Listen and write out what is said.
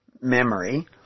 memory